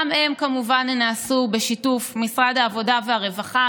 הם כמובן נעשו בשיתוף משרד העבודה והרווחה,